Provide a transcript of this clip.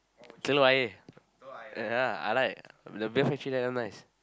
Telok-Ayer yeah I like the Bread-Factory there damn nice